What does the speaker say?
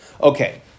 Okay